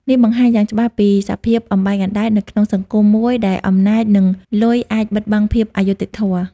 នេះបង្ហាញយ៉ាងច្បាស់ពីសភាព "អំបែងអណ្ដែត" នៅក្នុងសង្គមមួយដែលអំណាច និងលុយអាចបិទបាំងភាពអយុត្តិធម៌។